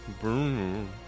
boom